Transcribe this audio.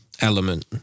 element